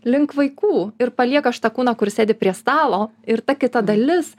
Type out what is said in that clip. link vaikų ir palieka šitą kūną kuris sėdi prie stalo ir ta kita dalis